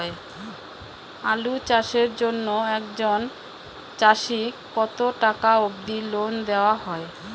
আলু চাষের জন্য একজন চাষীক কতো টাকা অব্দি লোন দেওয়া হয়?